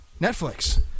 Netflix